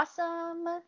awesome